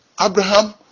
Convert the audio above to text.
Abraham